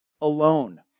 alone